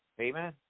Amen